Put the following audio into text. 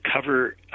cover